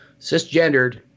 cisgendered